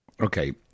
Okay